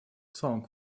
song